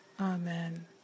Amen